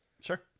Sure